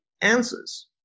answers